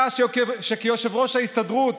אתה, שכיושב-ראש ההסתדרות